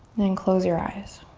and close your eyes.